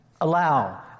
allow